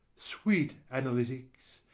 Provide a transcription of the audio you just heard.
sweet analytics,